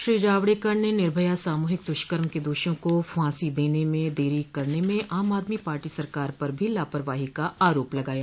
श्री जावड़ेकर ने निर्भया सामूहिक दुष्कर्म के दोषियों को फांसी देने में देरी करने में आम आदमी पार्टी सरकार पर भी लापरवाही का आरोप लगाया